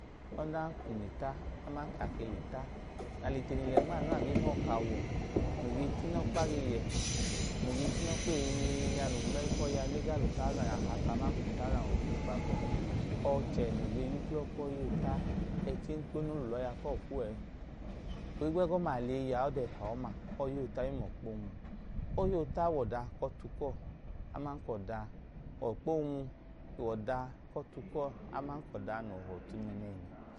Ọdanka ng le ta aman ka a ke le ta, awọ noo ge ta inọkpa ge yẹ, noo ge ta inọkpa eyinyeenya, nẹ onmẹyi ku ọya nẹ e gaa lẹ utawuzan ahapa aman ka ofu gba gawọ, ọchẹ noo gwotu ọhi oota, ẹchi enkponu o lẹ ule ọya kuwọ kwu ẹẹ. Ohigbu ẹgọma, a le eyi yẹ aọda ẹpa ọma, ọhi oota mla ọkpa oonwu, ọhi oota wẹ ọda ku ọtu kuwọ, ọkpa oonwu ke wẹ ọda ku 3tu kuwọ aman ka ọda noo hum ọtu nẹẹnẹhi.